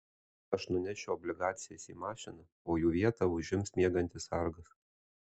aš nunešiu obligacijas į mašiną o jų vietą užims miegantis sargas